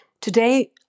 Today